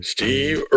Steve